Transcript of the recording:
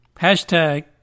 Hashtag